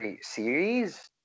series